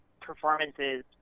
performances